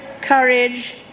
courage